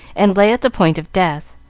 and lay at the point of death,